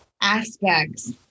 aspects